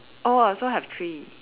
oh I also have three